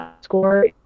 score